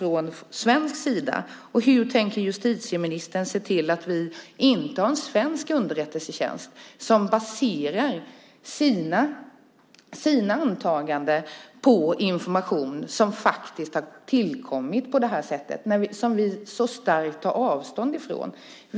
Hur tänker justitieministern se till att vi inte har en svensk underrättelsetjänst som baserar sina antaganden på information som har tillkommit på det här sättet och som vi så starkt tar avstånd från?